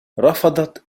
رفضت